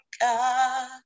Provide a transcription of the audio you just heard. God